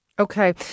Okay